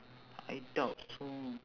I doubt so